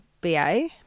BA